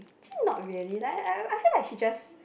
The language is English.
actually not really like I I I feel like she just